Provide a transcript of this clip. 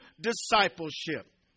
discipleship